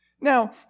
Now